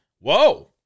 whoa